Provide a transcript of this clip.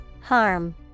Harm